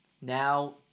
Now